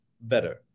better